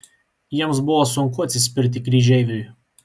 jiems buvo sunku atsispirti kryžeiviui